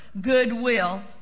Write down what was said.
Goodwill